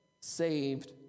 saved